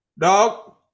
Dog